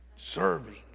Serving